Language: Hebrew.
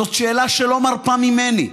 זאת שאלה שלא מרפה ממני,